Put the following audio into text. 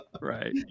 Right